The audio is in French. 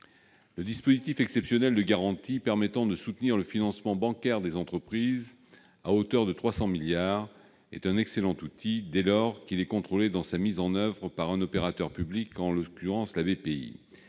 Le dispositif exceptionnel de garantie permettant de soutenir le financement bancaire des entreprises à hauteur de 300 milliards d'euros est un excellent outil, dès lors que sa mise en oeuvre est contrôlée par un opérateur public, en l'occurrence